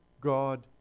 God